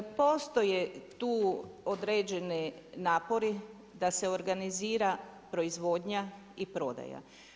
Postoje tu određeni napori da se organizira proizvodnja i prodaja.